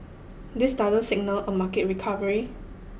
this doesn't signal a market recovery